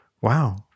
wow